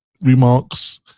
remarks